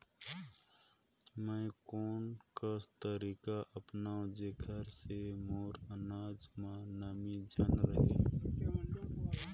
मैं कोन कस तरीका अपनाओं जेकर से मोर अनाज म नमी झन रहे?